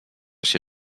się